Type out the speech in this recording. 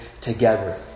together